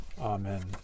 Amen